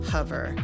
Hover